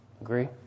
agree